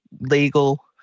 legal